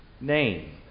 name